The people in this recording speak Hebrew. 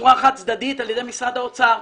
בצורה חד-צדדית על ידי משרד האוצר,